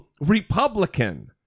Republican